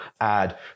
add